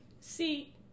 See